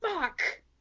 fuck